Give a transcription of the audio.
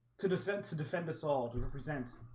to dissent to defend us all to represent